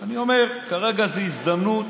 אני אומר, כרגע זו הזדמנות